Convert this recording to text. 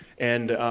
and